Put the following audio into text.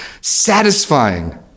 satisfying